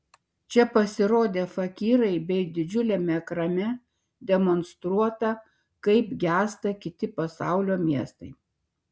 čia pasirodė fakyrai bei didžiuliame ekrane demonstruota kaip gęsta kiti pasaulio miestai